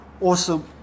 awesome